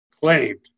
claimed